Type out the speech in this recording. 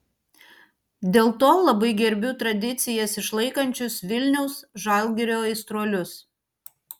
dėl to labai gerbiu tradicijas išlaikančius vilniaus žalgirio aistruolius